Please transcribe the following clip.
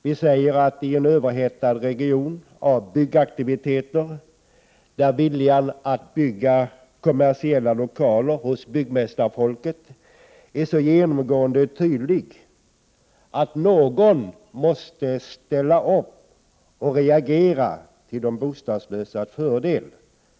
Vi säger att i en region överhettad av byggaktiviteter, där viljan hos byggmästarfolket att bygga kommersiella lokaler är så genomgående och tydlig, måste någon ställa upp och reagera till de bostadslösas förmån.